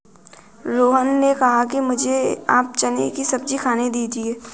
रोहन ने कहा कि मुझें आप चने की सब्जी खाने दीजिए